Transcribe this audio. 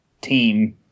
team